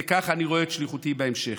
וכך אני רואה את שליחותי בהמשך.